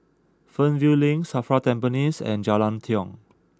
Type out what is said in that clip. Fernvale Link Safra Tampines and Jalan Tiong